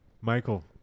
Michael